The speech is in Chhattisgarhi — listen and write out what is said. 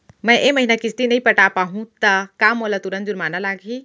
मैं ए महीना किस्ती नई पटा पाहू त का मोला तुरंत जुर्माना लागही?